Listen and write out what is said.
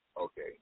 Okay